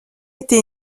été